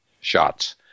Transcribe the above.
shots